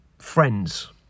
friends